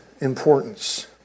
importance